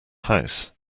house